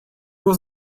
was